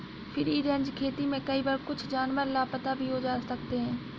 free range खेती में कई बार कुछ जानवर लापता भी हो सकते हैं